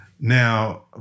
Now